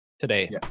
today